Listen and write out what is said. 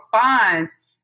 fines